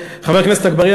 חבר הכנסת אגבאריה,